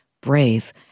brave